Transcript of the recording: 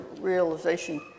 realization